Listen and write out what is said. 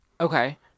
Okay